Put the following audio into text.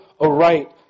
aright